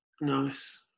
Nice